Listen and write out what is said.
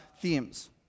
themes